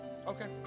Okay